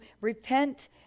repent